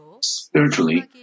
spiritually